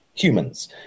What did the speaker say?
humans